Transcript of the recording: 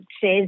says